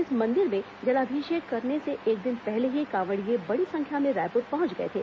इस मंदिर में जलाभिषेक करने से एक दिन पहले ही कांवड़िये बड़ी संख्या में रायपुर पहुंच गये थे